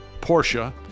Porsche